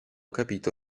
capito